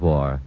War